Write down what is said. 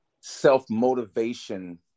self-motivation